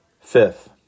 Fifth